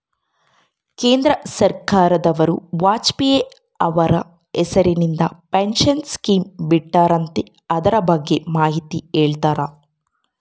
ಕೇಂದ್ರ ಸರ್ಕಾರದವರು ವಾಜಪೇಯಿ ಅವರ ಹೆಸರಿಂದ ಪೆನ್ಶನ್ ಸ್ಕೇಮ್ ಬಿಟ್ಟಾರಂತೆ ಅದರ ಬಗ್ಗೆ ಮಾಹಿತಿ ಹೇಳ್ತೇರಾ?